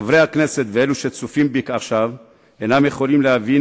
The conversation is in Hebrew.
חברי הכנסת ואלו שצופים בי עכשיו אינם יכולים להבין